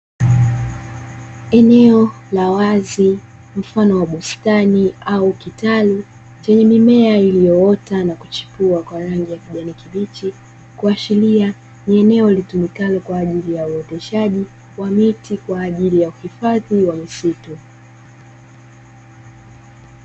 Eneo la wazi mfano wa bustani au kitalu chenye mimea iliyoota na kuchipua kwa rangi ya kijani kibichi, kuashiria ni eneo litumikalo kwa ajili ya uoteshaji wa miti kwa ajili ya uhifadhi wa misitu.